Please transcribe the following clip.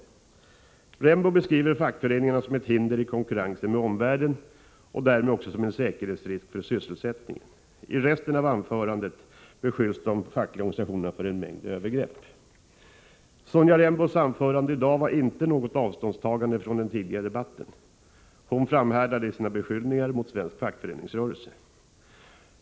Sonja Rembo beskriver fackföreningarna som ett hinder i konkurrensen med omvärlden och därmed också en säkerhetsrisk för sysselsättningen. I resten av sitt anförande beskyller hon de fackliga organisationerna för en mängd övergrepp. Sonja Rembos anförande i dag innebär inte något avståndstagande från vad som tidigare sagts. Hon framhärdar i sina beskyllningar mot den svenska fackföreningsrörelsen.